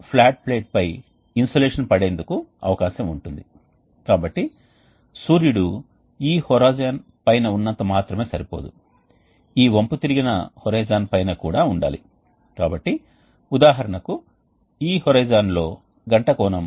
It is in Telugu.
మనం హాట్ సైడ్ ఫ్లూయిడ్ను పరిగణనలోకి తీసుకుంటే మనకు ̇CPH ఉష్ణోగ్రత వ్యత్యాసం తో గుణించబడుతుంది ఏదైనా ఫ్లూయిడ్ స్ట్రీమ్ కోసం హాట్ సైడ్ ఫ్లూయిడ్ కొంత సబ్స్క్రిప్ట్ 1 ద్వారా సూచించబడుతుందని మేము చెప్పాము ఇది సౌలభ్యం కోసమే మరియు సైడ్ ఫ్లూయిడ్ వంటి కోర్సు అనేది సబ్స్క్రిప్ట్ 2 ద్వారా సూచించబడుతుంది ఇది కూడా సౌలభ్యం కోసం వేరే కారణం లేదు